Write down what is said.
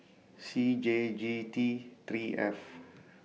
C J G T three F